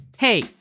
Hey